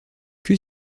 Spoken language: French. que